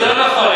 זה לא נכון.